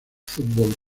football